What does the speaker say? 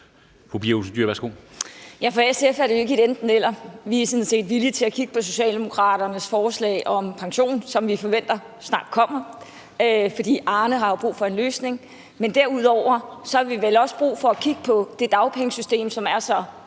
For SF er det ikke et enten-eller. Vi er sådan set villige til at kigge på Socialdemokraternes forslag om pension, som vi forventer snart kommer, for Arne har jo brug for en løsning. Men derudover har vi vel også brug for at kigge på det dagpengesystem, som er så